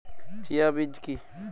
Chia বীজ কী?